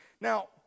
Now